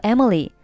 Emily”，